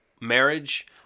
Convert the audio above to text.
marriage